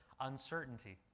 uncertainty